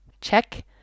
Check